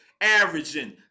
averaging